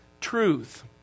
truth